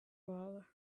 well